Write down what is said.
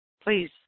Please